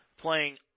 playing